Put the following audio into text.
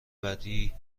بعدیای